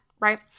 right